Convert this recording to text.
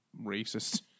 racist